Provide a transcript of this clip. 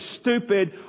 stupid